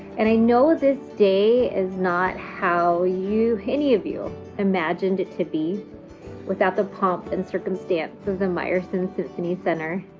and i know this day is not how any of you imagined it to be without the pomp and circumstance of the meyerson symphony center.